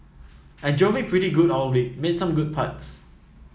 I drove it pretty good all week made some good putts